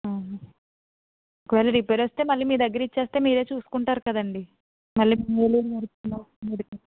ఒకవేళ రిపేర్ వస్తే మళ్ళీ మీ దగ్గర ఇస్తే మీరు చూసుకుంటారు కదండి మళ్ళీ మీరు ఏమి అది